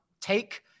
take